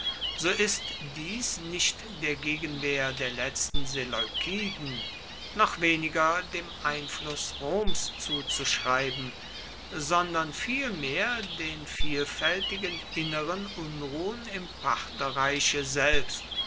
so ist dies nicht der gegenwehr der letzten seleukiden noch weniger dem einfluß roms zuzuschreiben sondern vielmehr den vielfältigen inneren unruhen im partherreiche selbst